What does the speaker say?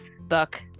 book